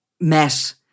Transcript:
met